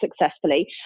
successfully